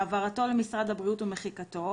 העברתו למשרד הבריאות ומחיקתו,